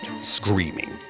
screaming